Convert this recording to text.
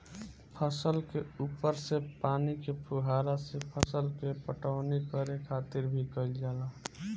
फसल के ऊपर से पानी के फुहारा से फसल के पटवनी करे खातिर भी कईल जाला